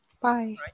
Bye